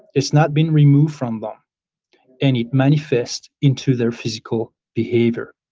it's not been removed from them and it manifests into their physical behavior.